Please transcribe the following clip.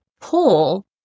pull